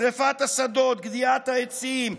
שרפת השדות, גדיעת העצים,